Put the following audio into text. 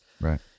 Right